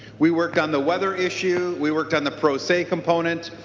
we worked on the weather issue. we worked on the pro se components.